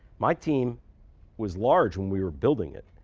my team was large when we were building it.